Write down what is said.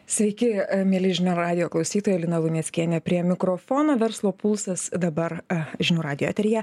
sveiki a mieli žinių radijo klausytojai lina luneckienė prie mikrofono verslo pulsas dabar a žinių radijo eteryje